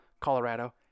Colorado